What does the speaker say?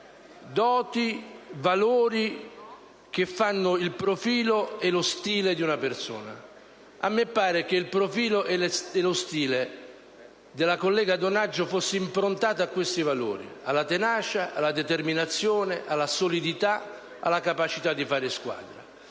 doti e valori che fanno il profilo e lo stile di una persona. A me pare che il profilo e lo stile della collega Donaggio fossero improntati a questi valori: alla tenacia, alla determinazione, alla solidità, alla capacità di fare squadra.